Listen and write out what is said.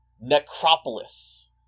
Necropolis